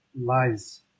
lies